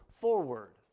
forward